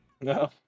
No